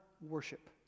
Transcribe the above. worship